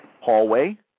Hallway